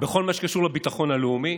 בכל מה שקשור לביטחון הלאומי